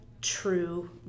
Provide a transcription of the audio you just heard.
True